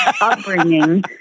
upbringing